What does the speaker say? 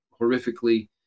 horrifically